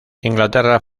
inglaterra